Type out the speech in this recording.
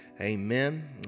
Amen